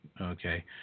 Okay